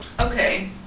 okay